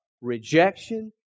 rejection